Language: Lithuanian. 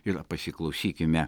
ir pasiklausykime